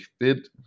fit